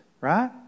right